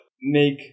make